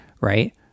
Right